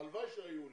הלוואי שהיו עולים.